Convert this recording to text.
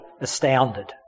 astounded